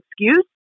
excuse